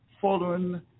following